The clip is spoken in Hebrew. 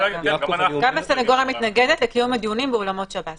גם הסנגוריה מתנגדת לקיום דיונים באולמות שב"ס.